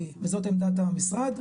זאת עמדת המשרד,